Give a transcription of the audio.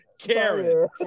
Karen